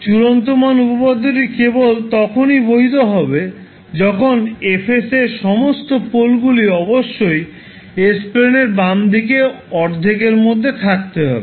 চূড়ান্ত মান উপপাদ্যটি কেবল তখনই বৈধ হবে যখন F এর সমস্ত পোলগুলি অবশ্যই s প্লেনের বাম দিকের অর্ধেকের মধ্যে থাকবে